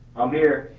i'm here.